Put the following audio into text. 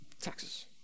Taxes